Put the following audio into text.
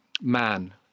man